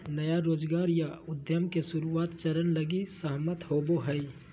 नयका रोजगार या उद्यम के शुरुआत चरण लगी सहमत होवो हइ